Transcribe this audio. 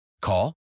Call